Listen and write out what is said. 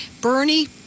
Bernie